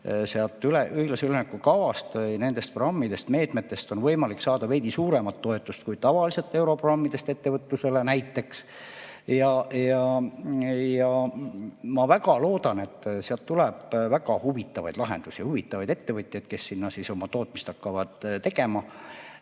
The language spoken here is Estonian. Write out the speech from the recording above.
sealt õiglase ülemineku kavast, nendest programmidest ja meetmetest on võimalik saada veidi suuremat toetust kui tavaliselt europrogrammidest ettevõtlusele. Ma väga loodan, et sealt tuleb huvitavaid lahendusi ja huvitavaid ettevõtjaid, kes sinna oma tootmist hakkavad tegema.